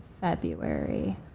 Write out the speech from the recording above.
February